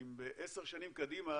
אם עשר שנים קדימה